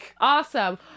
Awesome